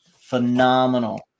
Phenomenal